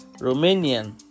Romanian